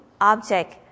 object